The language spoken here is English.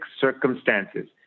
circumstances